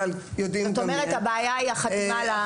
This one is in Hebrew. אבל יודעים במה --- זאת אומרת הבעיה היא החתימה על הזה?